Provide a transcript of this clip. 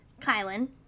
kylan